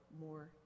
more